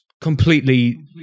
completely